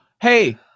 Hey